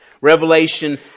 Revelation